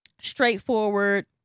straightforward